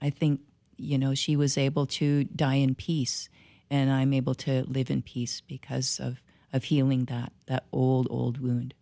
i think you know she was able to die in peace and i'm able to live in peace because of a feeling that old old wo